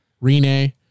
Rene